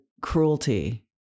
cruelty